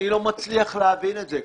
אני לא מצליח להבין את זה.